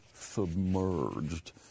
submerged